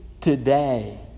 today